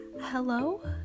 hello